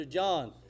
John